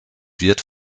wird